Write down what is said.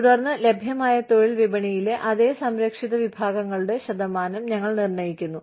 തുടർന്ന് ലഭ്യമായ തൊഴിൽ വിപണിയിലെ അതേ സംരക്ഷിത വിഭാഗങ്ങളുടെ ശതമാനം ഞങ്ങൾ നിർണ്ണയിക്കുന്നു